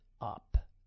up